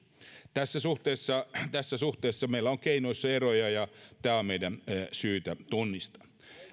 tässä suhteessa tässä suhteessa meillä on keinoissa eroja ja tämä on meidän syytä tunnistaa